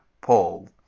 Paul